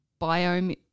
Biome